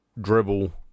dribble